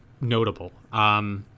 notable